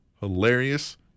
Hilarious